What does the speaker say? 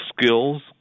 skills